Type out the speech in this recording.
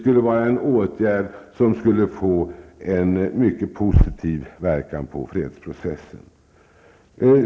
Det är en åtgärd som skulle få en mycket positiv verkan på fredsprocessen.